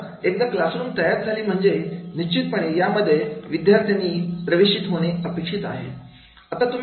आता एकदा क्लासरूम तयार झाली म्हणजे निश्चिंतपणे यामध्ये विद्यार्थ्यांनी प्रवेशित होणे अपेक्षित आहे